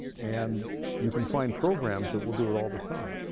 and you can find programs that will do it all the time.